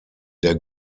der